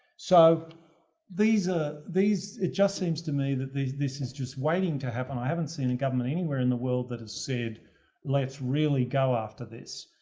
so these are, these, it just seems to me that this is just waiting to happen. i haven't seen a government anywhere in the world that has said let's really go after this.